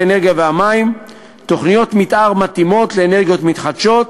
האנרגיה והמים תוכניות מתאר מתאימות לאנרגיות מתחדשות,